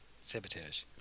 Sabotage